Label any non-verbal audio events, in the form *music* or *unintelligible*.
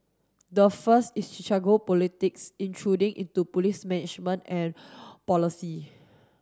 the first is *unintelligible* politics intruding into police management and policy